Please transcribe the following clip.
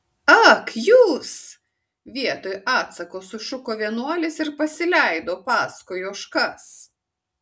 ak jūs vietoj atsako sušuko vienuolis ir pasileido paskui ožkas